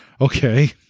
Okay